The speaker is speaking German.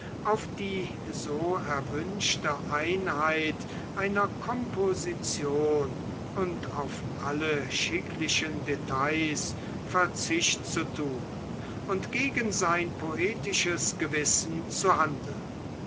auf die so erwünschte einheit einer komposition und auf alle schicklichen details verzicht zu tun und gegen sein poetisches gewissen zu handeln